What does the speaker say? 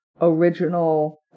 original